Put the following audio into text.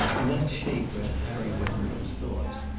in that shape ran harry wethermill's thoughts.